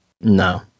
No